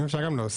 אם אפשר להוסיף,